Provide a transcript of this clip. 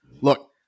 Look